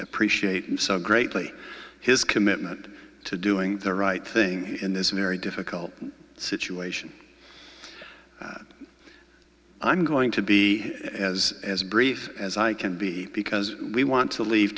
appreciate so greatly his commitment to doing the right thing in this very difficult situation that i'm going to be as brief as i can be because we want to leave